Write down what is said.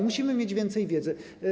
Musimy mieć więcej wiedzy.